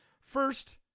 First